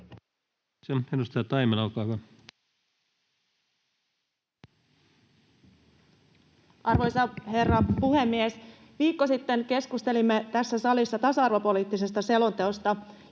Arvoisa herra puhemies! Viikko sitten keskustelimme tässä salissa tasa-arvopoliittisesta selonteosta,